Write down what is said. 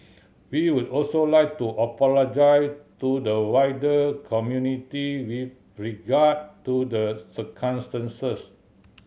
we would also like to apologise to the wider community with regard to the circumstances